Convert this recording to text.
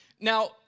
Now